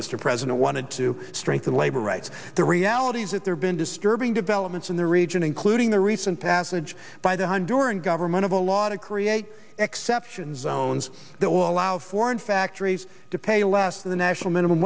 mr president wanted to strengthen labor rights the reality is that there been disturbing developments in the region including the recent passage by the hundred or in government of a lot of create exception zones that will allow foreign factories to pay less the national minimum